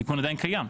התיקון עדיין קיים.